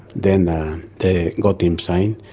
then then they got him sign,